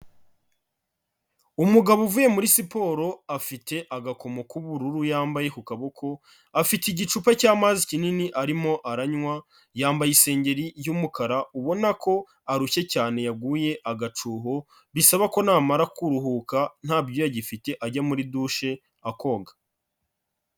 Umugabo uvuye muri siporo afite agakomo k'ubururu yambaye ku kaboko, afite igicupa cy'amazi kinini arimo aranywa, yambaye isengeri y'umukara, ubona ko arushye cyane yaguye agacuho, bisaba ko namara kuruhuka ntabyuya agifite ajya muri dushe akoga.